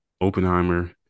Oppenheimer